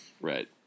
right